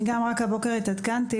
גם אני התעדכנתי רק הבוקר,